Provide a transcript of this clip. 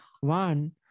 one